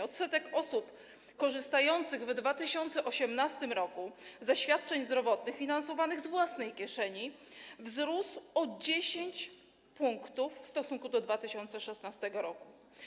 Odsetek osób korzystających w 2018 r. ze świadczeń zdrowotnych finansowanych z własnej kieszeni wzrósł o 10 pkt w stosunku do 2016 r.